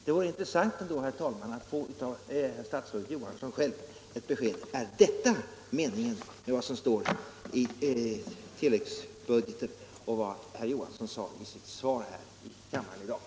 Det vore intressant, herr talman, att få ett besked av statsrådet Johansson själv: Är detta meningen med vad som står i tilläggsbudgeten och vad herr Johansson sade i sitt svar i kammaren i dag?